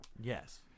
yes